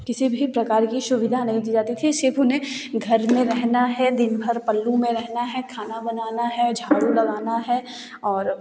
किसी भी प्रकार की सुविधा नहीं दी जाती थी सिर्फ उन्हें घर में रहना है दिन भर पल्लू में रहना है खाना बनाना है झाड़ू लगाना है और